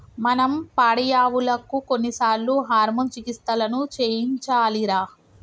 మనం పాడియావులకు కొన్నిసార్లు హార్మోన్ చికిత్సలను చేయించాలిరా